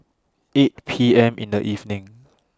eight P M in The evening